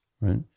right